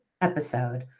episode